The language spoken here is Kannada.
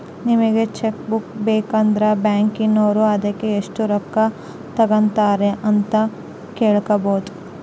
ನಿಮಗೆ ಚಕ್ ಬುಕ್ಕು ಬೇಕಂದ್ರ ಬ್ಯಾಕಿನೋರು ಅದಕ್ಕೆ ಎಷ್ಟು ರೊಕ್ಕ ತಂಗತಾರೆ ಅಂತ ಕೇಳಬೊದು